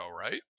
right